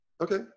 Okay